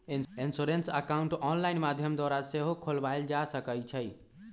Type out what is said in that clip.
insurance account online माध्यम द्वारा सेहो खोलबायल जा सकइ छइ